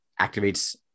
activates